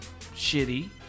shitty